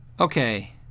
Okay